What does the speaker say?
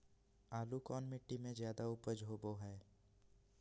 आलू कौन मिट्टी में जादा ऊपज होबो हाय?